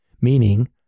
meaning